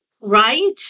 right